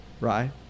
Right